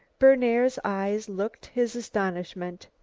berner's eyes looked his astonishment.